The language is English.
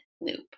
loop